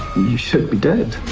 you should be dead.